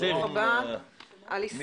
עלי סלאם.